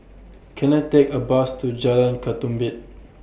Can I Take A Bus to Jalan Ketumbit